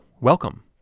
Welcome